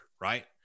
right